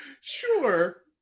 Sure